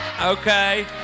Okay